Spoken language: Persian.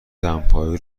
دمپایی